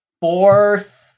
Fourth